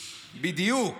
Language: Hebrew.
בדיוק,